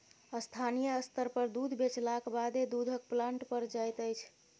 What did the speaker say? स्थानीय स्तर पर दूध बेचलाक बादे दूधक प्लांट पर जाइत छै